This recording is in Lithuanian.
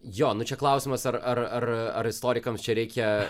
jo nu čia klausimas ar ar ar ar istorikams čia reikia